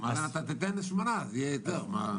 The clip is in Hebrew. תן שמונה מיליארד, אז יהיה יותר טוב.